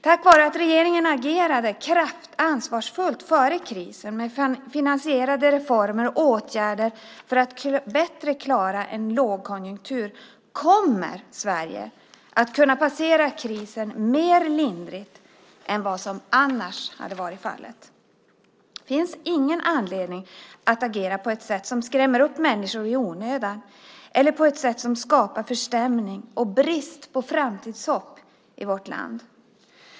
Tack vare att regeringen agerade ansvarsfullt före krisen med finansierade reformer och åtgärder för att bättre klara av lågkonjunktur kommer Sverige att kunna passera krisen mer lindrigt än vad som annars hade varit fallet. Det finns ingen anledning att agera på ett sätt som skrämmer upp människor i onödan eller på ett sätt som skapar förstämning och brist på framtidshopp i vårt land.